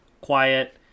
quiet